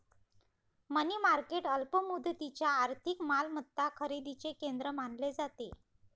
मनी market अल्प मुदतीच्या आर्थिक मालमत्ता खरेदीचे केंद्र मानले जाते